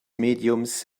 mediums